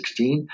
2016